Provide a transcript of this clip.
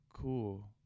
cool